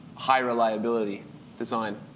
high reliability design.